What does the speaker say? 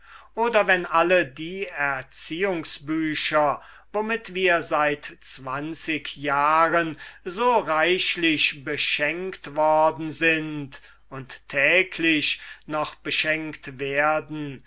oder wenn alle die erziehungsbücher womit wir seit zehn jahren so reichlich beschenkt worden sind und täglich noch beschenkt werden